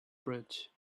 bridge